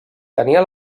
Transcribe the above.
tenia